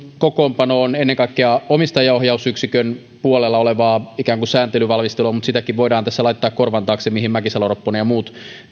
kokoonpano on ennen kaikkea omistajaohjausyksikön puolella olevaa ikään kuin sääntelyvalmistelua mutta sitäkin voidaan tässä laittaa korvan taakse mihin mäkisalo ropponen ja muut